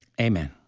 Amen